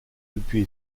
depuis